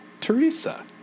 Teresa